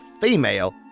female